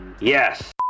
Yes